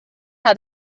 how